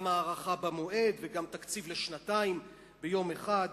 גם הארכה במועד וגם תקציב לשנתיים ביום אחד.